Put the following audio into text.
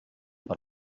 per